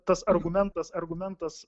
tas argumentas argumentas